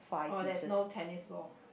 or there is no tennis ball